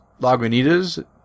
Lagunitas